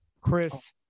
Chris